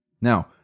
Now